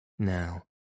Now